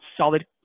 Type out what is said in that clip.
solid